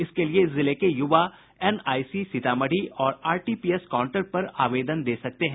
इसके लिये जिले के युवा एनआईसी सीतामढ़ी और आरटीपीएस काउंटर पर आवेदन दे सकते हैं